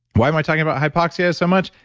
why am i talking about hypoxia so much?